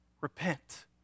Repent